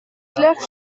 clerc